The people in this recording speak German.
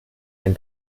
ein